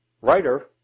writer